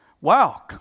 wow